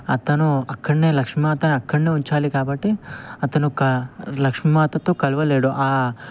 అతను అక్కడనే లక్ష్మీమాతను అక్కడనే ఉంచాలి కాబట్టి అతను క లక్ష్మీమాతతో కలవలేడు ఆ